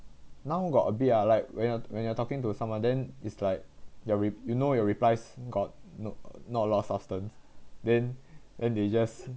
now got a bit ah like when you're when you're talking to someone then it's like you're re~ you know your replies got no not a lot of substance then then they just